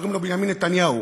קוראים לו בנימין נתניהו.